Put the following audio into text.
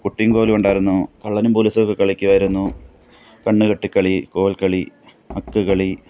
കുട്ടീം കോലുമുണ്ടായിരുന്നു കള്ളനും പോലീസൊക്കെ കളിക്കുമായിരുന്നു കണ്ണ് കെട്ടിക്കളി കോൽക്കളി അക്ക് കളി